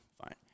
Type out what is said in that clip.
Fine